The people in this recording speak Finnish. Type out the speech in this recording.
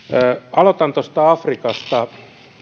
aloitan tuosta afrikasta